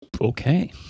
Okay